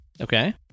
Okay